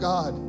God